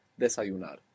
Desayunar